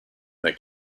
that